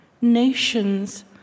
nations